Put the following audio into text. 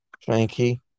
Frankie